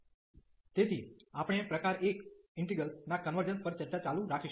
તેથી આપણે પ્રકાર 1 ઇન્ટિગ્રેલ્સ ના કન્વર્જન્સ પર ચર્ચા ચાલુ રાખીશું